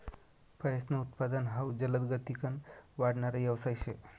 फयेसनं उत्पादन हाउ जलदगतीकन वाढणारा यवसाय शे